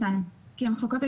אגב, בעיות בשליפה אלה